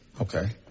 Okay